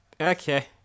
Okay